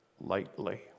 lightly